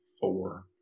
four